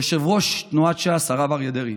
יושב-ראש תנועת ש"ס הרב אריה דרעי,